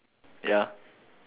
ya